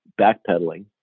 backpedaling